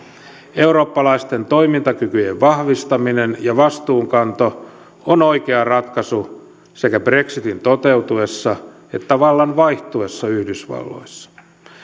eurooppalaisten toimintakykyjen vahvistaminen ja vastuunkanto on oikea ratkaisu sekä brexitin toteutuessa että vallan vaihtuessa yhdysvalloissa